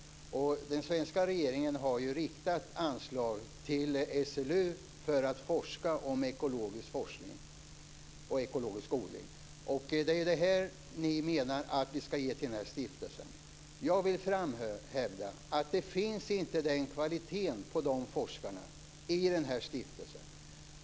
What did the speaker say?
Den svenska regeringen har ju riktat anslag till SLU för ekologisk forskning, forskning om ekologisk odling. Det är det här som ni menar att vi ska ge stiftelsen. Jag vill framhålla att det inte finns den kvaliteten på forskare i stiftelsen.